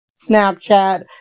Snapchat